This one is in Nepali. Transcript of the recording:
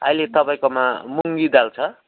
अहिले तपाईँकोमा मुङ्गी दाल छ